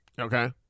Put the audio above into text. Okay